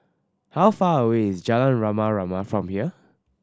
how far away is Jalan Rama Rama from here